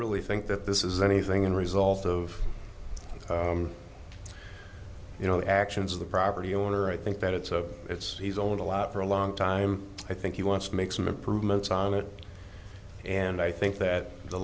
really think that this is anything in result of you know the actions of the property owner i think that it's a it's he's own a lot for a long time i think he wants to make some improvements on it and i think that the